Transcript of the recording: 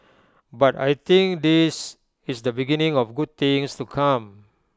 but I think this is the beginning of good things to come